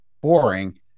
boring